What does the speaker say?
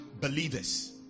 believers